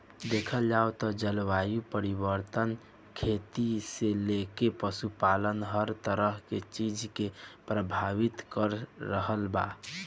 देखल जाव त जलवायु परिवर्तन खेती से लेके पशुपालन हर तरह के चीज के प्रभावित कर रहल बा